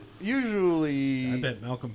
Usually